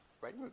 right